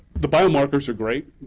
the biomarkers are great,